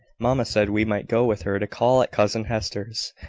mamma said we might go with her to call at cousin hester's,